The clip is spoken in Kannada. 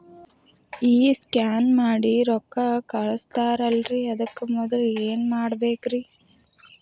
ಈ ಸ್ಕ್ಯಾನ್ ಮಾಡಿ ರೊಕ್ಕ ಕಳಸ್ತಾರಲ್ರಿ ಅದಕ್ಕೆ ಮೊದಲ ಏನ್ ಮಾಡ್ಬೇಕ್ರಿ?